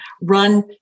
run